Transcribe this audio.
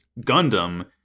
Gundam